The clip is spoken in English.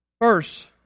first